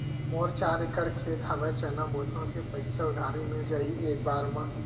मोर चार एकड़ खेत हवे चना बोथव के पईसा उधारी मिल जाही एक बार मा?